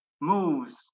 moves